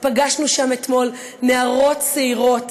פגשנו שם אתמול נערות צעירות,